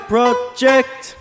Project